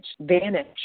vanish